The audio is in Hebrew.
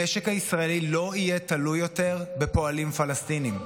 המשק הישראלי לא יהיה תלוי יותר בפועלים פלסטינים.